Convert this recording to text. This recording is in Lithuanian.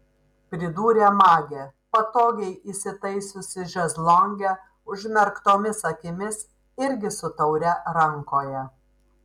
pridūrė magė patogiai įsitaisiusi šezlonge užmerktomis akimis irgi su taure rankoje